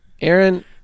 Aaron